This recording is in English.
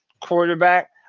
quarterback